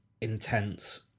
intense